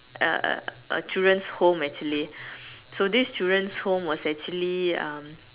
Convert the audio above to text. a a a children's home actually so this children's home was actually um